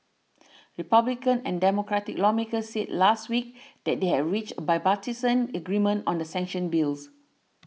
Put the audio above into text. Republican and Democratic lawmakers said last week that they had reached a bipartisan agreement on the sanctions bills